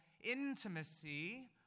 intimacy